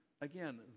again